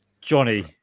Johnny